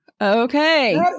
Okay